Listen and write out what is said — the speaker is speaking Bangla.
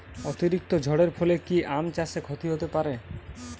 অতিরিক্ত ঝড়ের ফলে কি আম চাষে ক্ষতি হতে পারে?